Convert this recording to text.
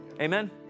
Amen